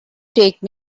take